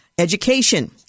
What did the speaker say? Education